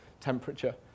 temperature